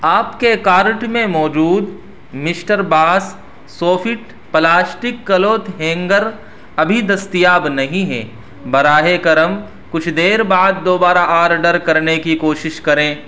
آپ کے کارٹ میں موجود mister boss soft plastic cloth hanger ابھی دستیاب نہیں ہے براہِ کرم کچھ دیر بعد دوبارہ آرڈر کرنے کی کوشش کریں